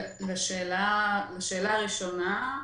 לשאלה הראשונה,